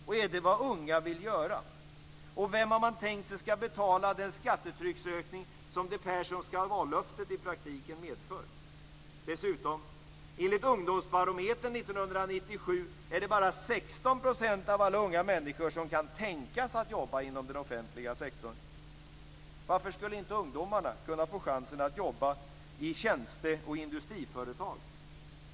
Och är det vad unga vill göra? Och vem har man tänkt sig skall betala den skattetrycksökning som det Perssonska vallöftet i praktiken medför? Dessutom är det enligt ungdomsbarometern 1997 bara 16 % av alla unga människor som kan tänka sig att jobba inom den offentliga sektorn. Varför skulle inte ungdomarna kunna få chansen att jobba i tjänste och industriföretag?